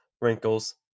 wrinkles